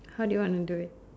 how do you want to do it